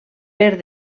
per